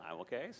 okay